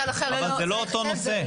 אבל זה לא אותו נושא.